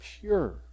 pure